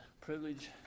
privilege